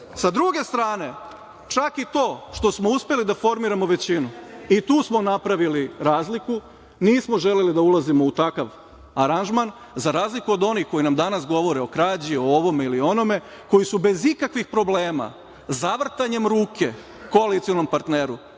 druge strane, čak i to što smo uspeli da formiramo većinu i tu smo napravili razliku, nismo želeli da ulazimo u takav aranžman za razliku od onih koji nam danas govore o krađi, o ovome ili onome, koji su bez ikakvih problema zavrtanjem ruke koalicionom partneru